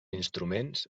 instruments